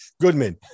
Goodman